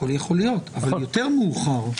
יכול להיות אבל יותר מאוחר.